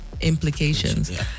implications